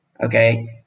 Okay